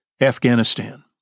Afghanistan